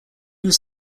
was